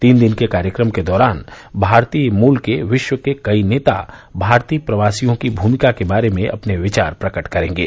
तीन दिन के कार्यक्रम के दौरान भारतीय मूल के विश्व के कई नेता भारतीय प्रवासियों की भूमिका के बारे में अपने विचार प्रकट करेंगे